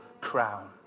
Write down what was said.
crown